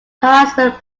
harassment